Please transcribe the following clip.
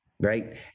Right